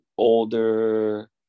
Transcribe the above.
older